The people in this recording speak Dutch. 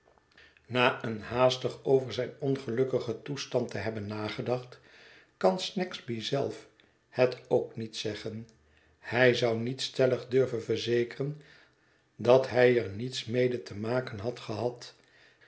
na eens haastig over zijn ongelukkigen toestand te hebben nagedacht kan snagsby zelf het ook niet zeggen hij zou niet stellig durven verzekeren dat hij er niets mede te maken had gehad